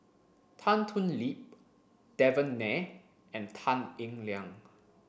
Tan Thoon Lip Devan Nair and Tan Eng Liang